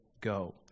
go